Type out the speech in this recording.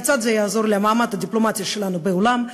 כיצד זה יעזור למעמד הדיפלומטי שלנו בעולם,